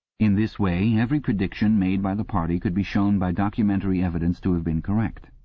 in this way every prediction made by the party could be shown by documentary evidence to have been correct,